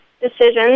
decisions